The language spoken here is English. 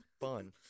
fun